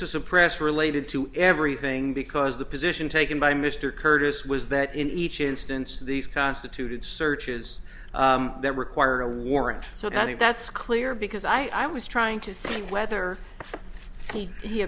to suppress related to everything because the position taken by mr curtis was that in each instance these constituted searches that require a warrant so i think that's clear because i was trying to see whether he